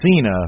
Cena